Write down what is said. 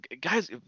Guys